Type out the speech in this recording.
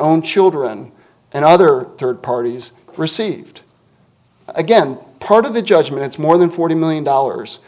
own children and other third parties received again part of the judgments more than forty million dollars